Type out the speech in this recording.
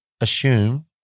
assume